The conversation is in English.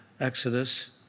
Exodus